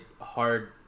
hard